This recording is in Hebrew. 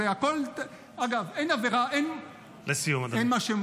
אגב, אין עבירה -- לסיום, אדוני.